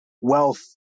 wealth